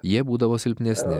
jie būdavo silpnesni